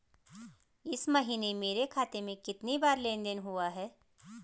इस महीने मेरे खाते में कितनी बार लेन लेन देन हुआ है?